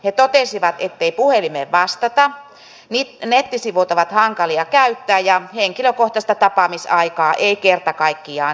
he totesivat ettei puhelimeen vastata nettisivut ovat hankalia käyttää ja henkilökohtaista tapaamisaikaa ei kerta kaikkiaan saa